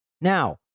Now